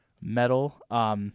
metal